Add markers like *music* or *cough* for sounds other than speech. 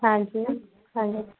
हाँ जी *unintelligible*